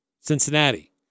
Cincinnati